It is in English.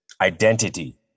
identity